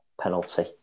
penalty